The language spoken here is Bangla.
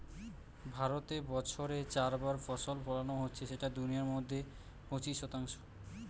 ভারতে বছরে চার বার ফসল ফোলানো হচ্ছে যেটা দুনিয়ার মধ্যে পঁচিশ শতাংশ